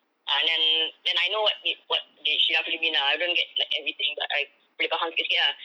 uh then then I know what he what they she roughly mean ah I don't get like everything but I boleh faham sikit-sikit ah